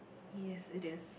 yes it is